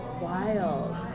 Wild